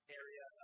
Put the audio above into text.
area